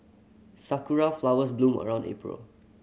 sakura flowers bloom around April